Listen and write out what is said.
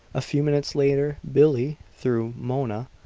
a few minutes later billie, through mona,